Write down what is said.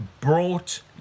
brought